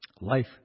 Life